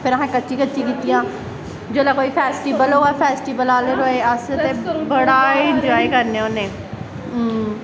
फिर असैं कच्ची कच्ची कीतियां जिसलै कोई फैस्टिवल होई फैस्टिवल आह्लै दिन अस बड़ा इंजाए करने होन्ने